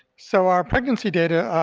so our pregnancy data,